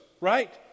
right